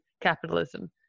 capitalism